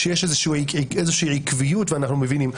שיש איזושהי עקביות ואנחנו מבינים.